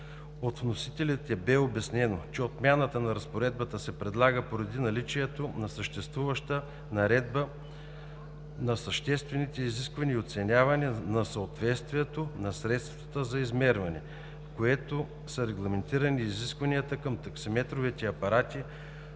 От вносителите бе обяснено, че отмяната на разпоредбата се предлага поради наличието на съществуваща Наредба за съществените изисквания и оценяване на съответствието на средствата за измерване, в която са регламентирани изискванията към таксиметровите апарати